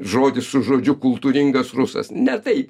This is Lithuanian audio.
žodis su žodžiu kultūringas rusas ne tai